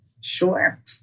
Sure